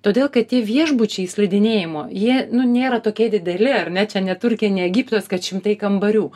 todėl kad tie viešbučiai slidinėjimo jie nu nėra tokie dideli ar ne čia ne turkija ne egiptas kad šimtai kambarių